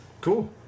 Cool